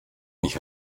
mich